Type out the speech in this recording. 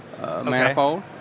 manifold